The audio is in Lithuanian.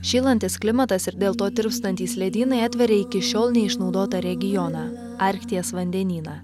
šylantis klimatas ir dėl to tirpstantys ledynai atveria iki šiol neišnaudotą regioną arkties vandenyną